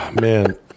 Man